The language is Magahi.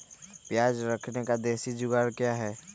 प्याज रखने का देसी जुगाड़ क्या है?